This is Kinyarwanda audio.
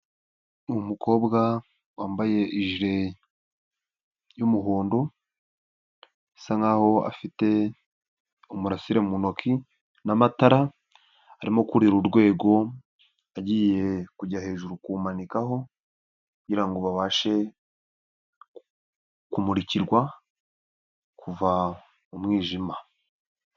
Umukobwa wambaye ije y'umuhondo bisa nkaho afite umurasire mu ntoki n'amatara, arimo kurira urwego agiye kujya hejuru kuwumanikaho kugira ngo babashe kumurikirwa, kuva mu mwijima.